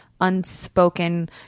unspoken